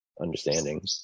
understanding